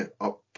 up